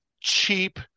cheap